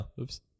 oops